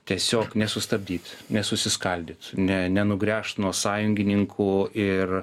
tiesiog nesustabdyt nesusiskaldyt ne nenugręžt nuo sąjungininkų ir